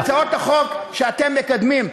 זה הצעות החוק שאתם מקדמים.